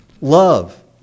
Love